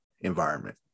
environment